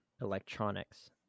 electronics